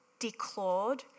declawed